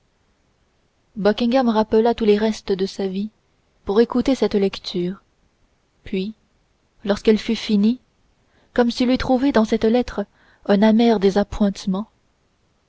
buckingham rappela tous les restes de sa vie pour écouter cette lecture puis lorsqu'elle fut finie comme s'il eût trouvé dans cette lettre un amer